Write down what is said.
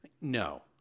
No